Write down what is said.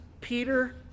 Peter